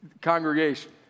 congregation